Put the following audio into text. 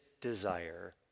desire